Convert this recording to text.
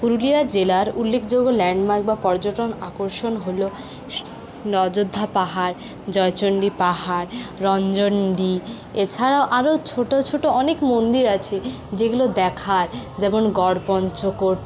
পুরুলিয়া জেলার উল্লেখযোগ্য ল্যান্ডমার্ক বা পর্যটন আকর্ষণ হল অযোধ্যা পাহাড় জয়চন্ডী পাহাড় রঞ্জনডি এছাড়াও আরও ছোটো ছোটো অনেক মন্দির আছে যেগুলো দেখার যেমন গড় পঞ্চকোট